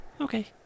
Okay